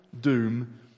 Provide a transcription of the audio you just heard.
doom